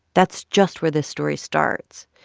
that's just where this story starts.